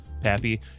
Pappy